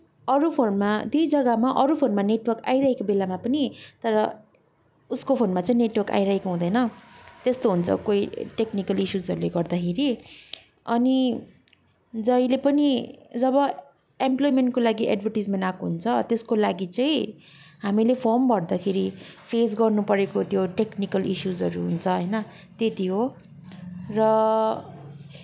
अरू फोनमा त्यही जग्गामा अरू फोनमा नेटवर्क आइरहेको बेलामा पनि तर उसको फोनमा चाहिँ नेटवर्क आइरहेको हुँदैन त्यस्तो हुन्छ कोही टेक्निकल इसुजहरूले गर्दाखेरि अनि जहिले पनि जब एम्प्लोइमेन्टको लागि एडभर्टिजमेन्ट आएको हुन्छ त्यसको लागि चाहिँ हामीले फर्म भर्दाखेरि फेस गर्नु परेको त्यो टेक्निकल इसुजहरू हुन्छ होइन त्यति हो र